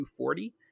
240